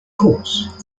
course